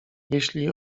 jeśli